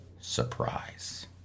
surprise